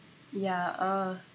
yeah uh